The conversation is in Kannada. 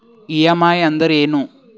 ಇ.ಎಂ.ಐ ಅಂದ್ರೇನು?